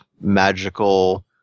magical